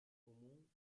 común